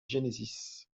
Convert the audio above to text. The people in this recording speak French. genesis